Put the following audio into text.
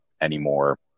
anymore